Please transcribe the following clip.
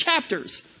chapters